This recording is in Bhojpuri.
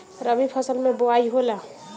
रबी फसल मे बोआई होला?